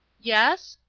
yes?